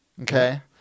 Okay